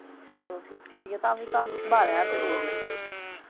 चलो फिर ठीक ऐ तां फ्ही तां तुस बारां ज्हार रपेआ देई ओड़ेओ